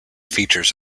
features